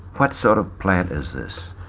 what sort of plant is this?